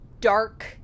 dark